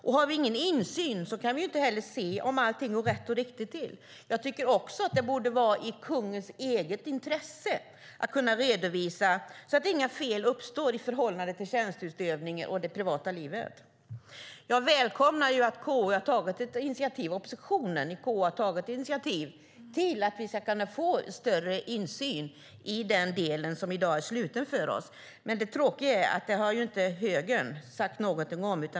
Om vi inte har någon insyn kan vi inte heller se om allting går rätt och riktigt till. Jag tycker också att det borde vara i kungens eget intresse att kunna redovisa detta så att inga fel uppstår i förhållande till tjänsteutövningen och det privata livet. Jag välkomnar att oppositionen i KU har tagit ett initiativ till att vi ska kunna få större insyn i den del som i dag är sluten för oss. Men det tråkiga är att högern inte har sagt någonting om detta.